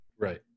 right